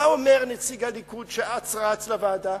מה אומר נציג הליכוד שאץ רץ לוועדה?